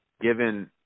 given